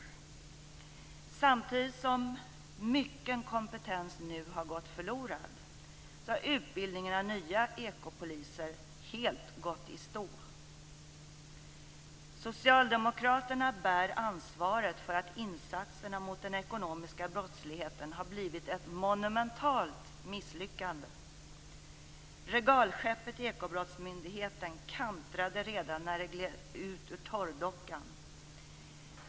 Samtidigt som mycken kompetens nu har gått förlorad har utbildningen av nya ekopoliser helt gått i stå. Socialdemokraterna bär ansvaret för att insatserna mot den ekonomiska brottsligheten har blivit ett monumentalt misslyckande. Regalskeppet Ekobrottsmyndigheten kantrade redan när det gled ut ur torrdockan.